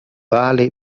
vale